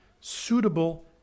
suitable